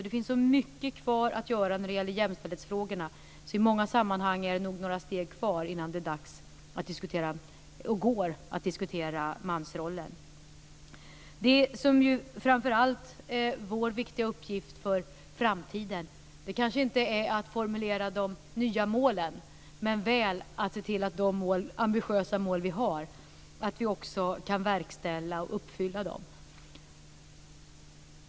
Det finns så mycket kvar att göra när det gäller jämställdhetsfrågorna att det i många sammanhang nog är några steg kvar innan det är dags och går att diskutera mansrollen. Det som framför allt är vår viktiga uppgift för framtiden kanske inte är att formulera de nya målen, men väl att se till att vi kan verkställa och uppfylla de ambitiösa mål som vi har.